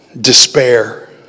despair